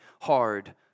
hard